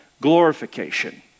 glorification